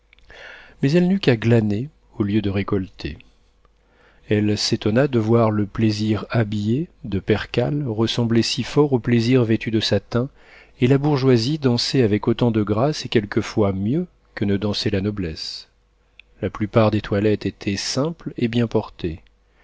mais elle n'eut qu'à glaner au lieu de récolter elle s'étonna de voir le plaisir habillé de percale ressembler si fort au plaisir vêtu de satin et la bourgeoise danser avec autant de grâce et quelquefois mieux que ne dansait la noblesse la plupart des toilettes étaient simples et bien portées